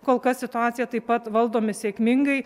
kol kas situaciją taip pat valdome sėkmingai